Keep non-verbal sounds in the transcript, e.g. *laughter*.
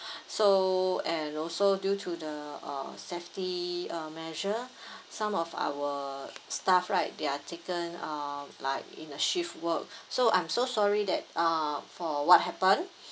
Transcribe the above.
so and also due to the uh safety uh measure *breath* some of our staff right they're taken uh like in a shift work so I'm so sorry that uh for what happened